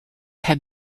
have